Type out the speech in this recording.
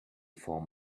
form